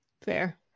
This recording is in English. Fair